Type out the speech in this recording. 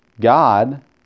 God